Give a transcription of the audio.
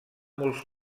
molts